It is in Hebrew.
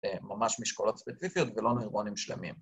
‫ממש משקולות ספציפיות ‫ולא נוירונים שלמים.